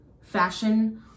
fashion